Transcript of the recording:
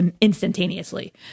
Instantaneously